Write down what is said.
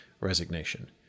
resignation